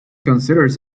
considers